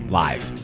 live